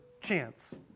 chance